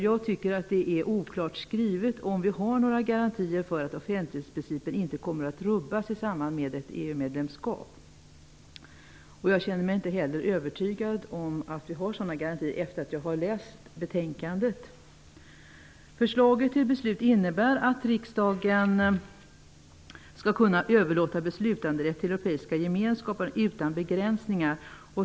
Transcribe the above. Jag tycker att det står oklart skrivet om vi har några garantier för att offentlighetsprincipen inte kommer att rubbas i samband med ett EU medlemskap. Efter att ha läst betänkandet känner jag mig inte heller övertygad om att vi har sådana garantier. Förslaget till beslut innebär att riksdagen skall kunna överlåta beslutanderätt till Europeiska gemenskapen utan begränsningar.